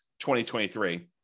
2023